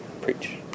preach